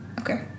Okay